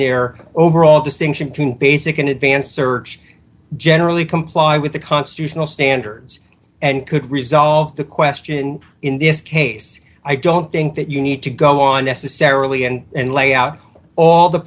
their overall d distinction between basic and advanced search generally comply with the constitutional standards and could resolve the question in this case i don't think that you need to go on necessarily and lay out all the